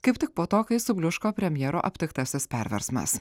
kaip tik po to kai subliuško premjero aptiktasis perversmas